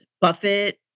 Buffett